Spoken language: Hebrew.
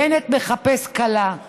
בנט מחפש כלה.